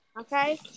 Okay